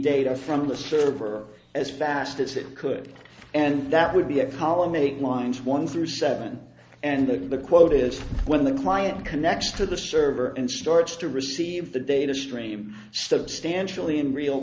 data from the server as fast as it could and that would be a power make mines one through seven and the quote is when the client connection to the server and starts to receive the data stream substantially in real